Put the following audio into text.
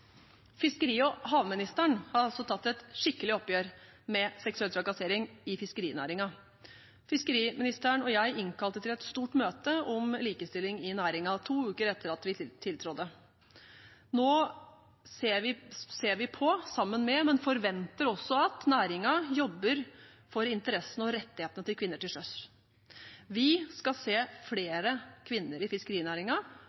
Fiskeri- og havministeren har tatt et skikkelig oppgjør med seksuell trakassering i fiskerinæringen. Fiskeriministeren og jeg innkalte til et stort møte om likestilling i næringen to uker etter at vi tiltrådte. Nå støtter vi, men forventer også at næringen jobber for interessene og rettighetene til kvinner til sjøs. Vi skal se